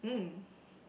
mm